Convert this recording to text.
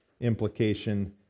implication